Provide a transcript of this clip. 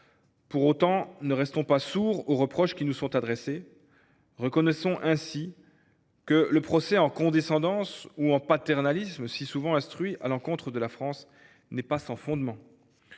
Pour autant, ne restons pas sourds aux reproches qui nous sont adressés ! Reconnaissons ainsi que le procès en condescendance ou en paternalisme, si souvent instruit à l’encontre de la France, n’est pas sans fondement.